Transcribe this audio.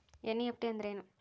NEFT ಅಂದ್ರೆನು?